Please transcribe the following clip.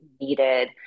needed